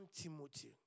Timothy